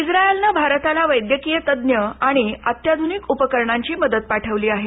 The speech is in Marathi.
इस्रायलनं भारताला वैद्यकीय तज्ज्ञ आणि अत्याधुनिक उपकरणांची मदत पाठवली आहे